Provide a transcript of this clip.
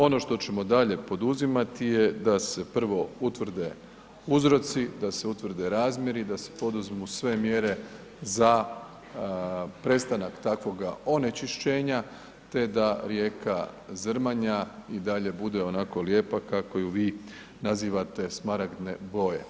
Ono što ćemo dalje poduzimati je da se prvo utvrde uzroci, da se utvrde razmjeri, da se poduzmu sve mjere za prestanak takvog onečišćenja te da rijeka Zrmanja i dalje bude onako lijepa kako ju vi nazivate smaragdne boje.